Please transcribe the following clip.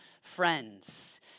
friends